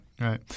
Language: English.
right